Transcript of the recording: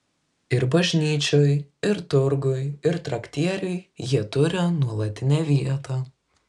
ir bažnyčioj ir turguj ir traktieriuj jie turi nuolatinę vietą